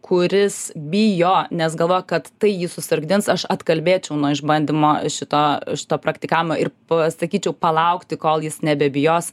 kuris bijo nes galvoja kad tai jį susargdins aš atkalbėčiau nuo išbandymo šito to praktikavimo ir pasakyčiau palaukti kol jis nebebijos